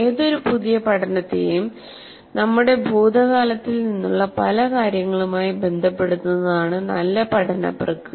ഏതൊരു പുതിയ പഠനത്തെയും നമ്മുടെ ഭൂതകാലത്തിൽ നിന്നുള്ള പല കാര്യങ്ങളുമായി ബന്ധപ്പെടുത്തുന്നതാണ് നല്ല പഠന പ്രക്രിയ